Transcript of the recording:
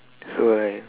so I